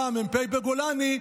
אתה מ"פ בגולני,